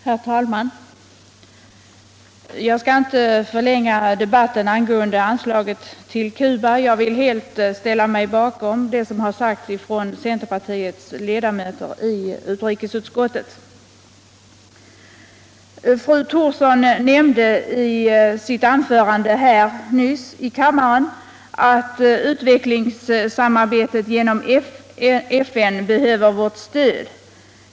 Herr talman! Jag skall inte förlänga debatten angående anslaget till Cuba. Jag vill helt ställa mig bakom det som framhållits av centerpartiets ledamöter i utrikesutskottet. Fru Thorsson nämnde i sitt anförande att utvecklingssamarbetet genom FN behöver vårt stöd.